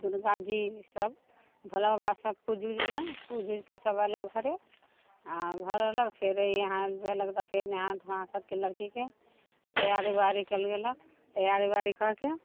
दुर्गा जी ई सभ भोला बाबा सभ पूज उजलौ पूजि उजिके एलहुँ सभ एलहुँ घरे आओर घर अयलक फेर इहाँ अयलक तऽ नहा धोयके लड़कीके तैयारी व्यारी कयल गेलक तैयारी व्यारी कऽके